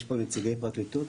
יש פה נציגי פרקליטות?